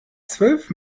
zwölf